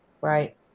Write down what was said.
Right